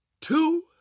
two